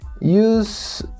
use